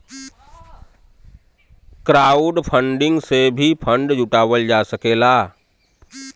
crowdfunding से भी fund जुटावल जा सकला